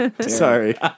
sorry